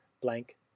blank